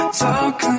talk